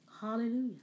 Hallelujah